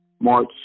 March